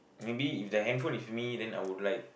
maybe if the handphone with me then I would like